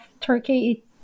Turkey